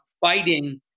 fighting